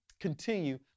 continue